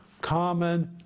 common